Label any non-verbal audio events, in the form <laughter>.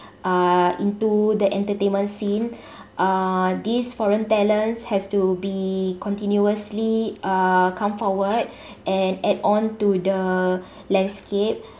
uh into the entertainment scene <breath> uh these foreign talents has to be continuously uh come forward and add on to the landscape